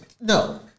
No